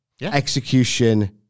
execution